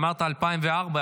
אמרת 2004,